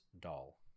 doll